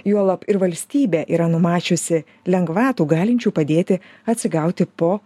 juolab ir valstybė yra numačiusi lengvatų galinčių padėti atsigauti po